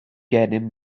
gennym